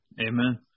amen